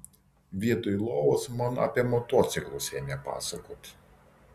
vietoj lovos man apie motociklus ėmė pasakot